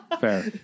Fair